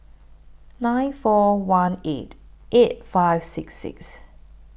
nine one four eight eight five six six